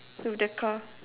with the car